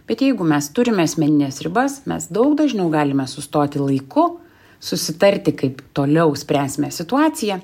bet jeigu mes turime asmenines ribas mes daug dažniau galime sustoti laiku susitarti kaip toliau spręsime situaciją